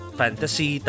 fantasy